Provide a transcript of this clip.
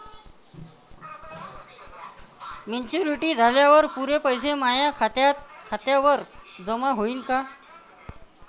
Maturity झाल्यावर पुरे पैसे माया खात्यावर जमा होईन का?